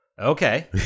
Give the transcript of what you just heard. okay